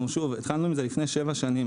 התחלנו עם זה לפני שבע שנים.